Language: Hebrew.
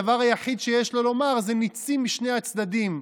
הדבר היחיד שיש לו לומר זה: ניצים משני הצדדים,